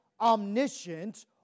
omniscient